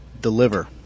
deliver